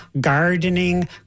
gardening